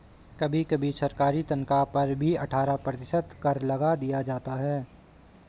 कभी कभी सरकारी तन्ख्वाह पर भी अट्ठारह प्रतिशत कर लगा दिया जाता है